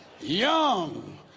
young